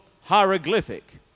hieroglyphic